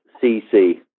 C-C